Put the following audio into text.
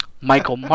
Michael